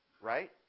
Right